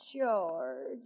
George